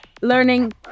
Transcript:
learning